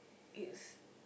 it's